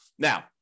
Now